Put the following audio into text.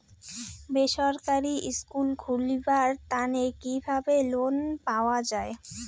বেসরকারি স্কুল খুলিবার তানে কিভাবে লোন পাওয়া যায়?